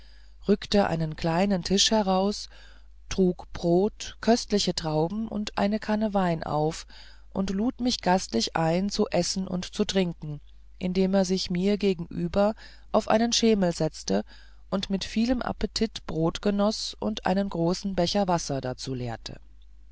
rückte einen kleinen tisch heraus trug brot köstliche trauben und eine kanne wein auf und lud mich gastlich ein zu essen und zu trinken indem er sich mir gegenüber auf einen schemel setzte und mit vielem appetit brot genoß und einen großen becher wasser dazu leerte